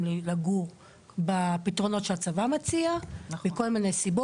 לגור בפתרונות שהצבא מציע מכל מיני סיבות.